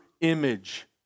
image